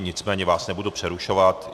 Nicméně vás nebudu přerušovat.